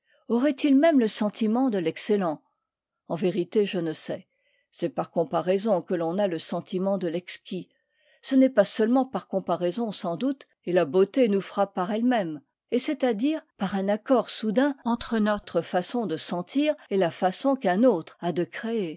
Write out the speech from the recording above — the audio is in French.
aurait-il même le sentiment de l'excellent en vérité je ne sais c'est par comparaison que l'on a le sentiment de l'exquis ce n'est pas seulement par comparaison sans doute et la beauté nous frappe par elle-même et c'est-à-dire par un accord soudain entre notre façon de sentir et la façon qu'un autre a de